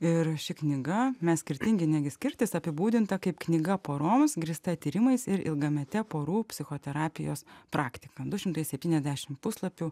ir ši knyga mes skirtingi negi skirtis apibūdinta kaip knyga poroms grįsta tyrimais ir ilgamete porų psichoterapijos praktika du šimtai septyniasdešim puslapių